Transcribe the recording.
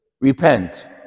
repent